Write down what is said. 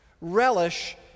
Relish